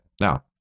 Now